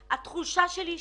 התחושה שלי היא